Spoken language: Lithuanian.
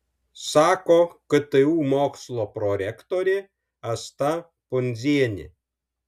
sako ktu mokslo prorektorė asta pundzienė